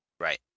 Right